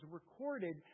recorded